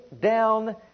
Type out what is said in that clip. down